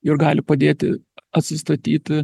ir gali padėti atsistatyti